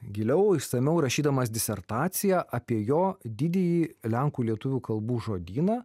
giliau išsamiau rašydamas disertaciją apie jo didįjį lenkų lietuvių kalbų žodyną